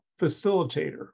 facilitator